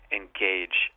engage